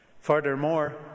Furthermore